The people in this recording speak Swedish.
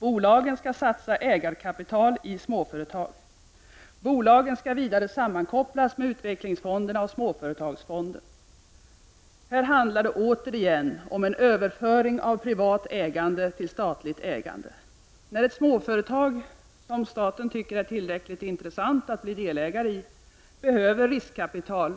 Bolagen skall satsa ägarkapital i småföretag. Bolagen skall vidare sammankopplas med utvecklingsfonderna och småföretagsfonden. Här handlar det återigen om en överföring av privat ägande till statligt ägande. När ett småföretag, som staten tycker är tillräckligt intressant att bli delägare i, behöver riskkapital